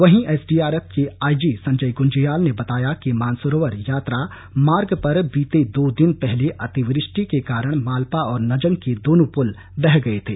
वहीं एसडीआरएफ के I G Sanjay Gunjyal ने बताया कि मानसरोवर यात्रा मार्ग पर बीते दो दिन पहले अतिवृष्टि के कारण मालपा और नजंग के दोनों पुल बह गए थे